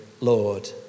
Lord